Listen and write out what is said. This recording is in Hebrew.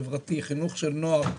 חברתי, חינוך של נוער,